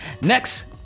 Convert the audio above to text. next